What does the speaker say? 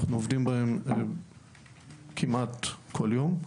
אנחנו עובדים בהם כמעט כל יום.